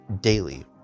daily